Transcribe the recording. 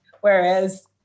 whereas